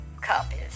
copies